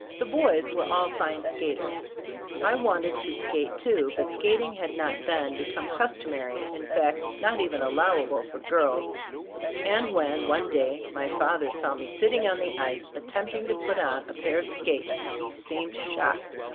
the boys were all fine skaters i wanted to skate, too, but skating had not then become cus tomary, in fact, not even allowable for girls and when, one day, my father saw me sitting on the ice attempting to put on a pair of skates, he seemed shocked,